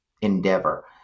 endeavor